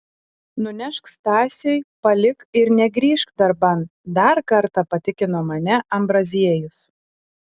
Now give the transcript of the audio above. nunešk stasiui palik ir negrįžk darban dar kartą patikino mane ambraziejus